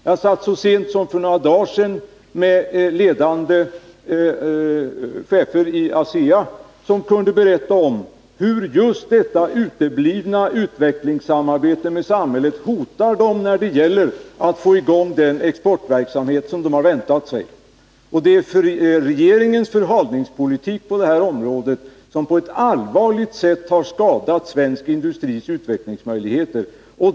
Jag satt så sent som för några dagar sedan med ledande chefer inom ASEA, och de kunde berätta om hur just detta uteblivna utvecklingssamarbete med samhället hotar dem när det gäller att få i gång den exportverksamhet de har väntat sig. Det är regeringens förhalningspolitik på det här området som på ett allvarligt sätt har skadat svensk industris utvecklingsmöjligheter.